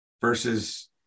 versus